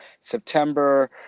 September